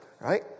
right